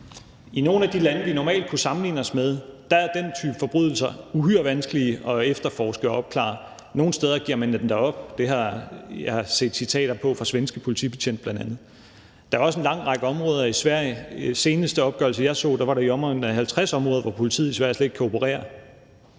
I nogle af de lande, vi normalt sammenligner os med, er den type forbrydelser uhyre vanskelige at efterforske og opklare – nogle steder giver man endda op. Det har jeg bl.a. hørt i citater fra svenske politibetjente. Der er også en lang række områder i Sverige, hvor politiet i Sverige slet ikke kan operere.